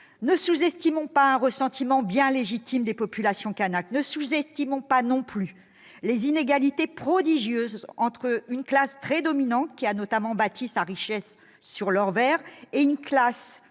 ne sous-estimons pas un ressentiment bien légitime des populations kanakes ! Ne sous-estimons pas non plus les inégalités prodigieuses entre une classe très dominante, qui a notamment bâti sa richesse sur l'or vert, et une classe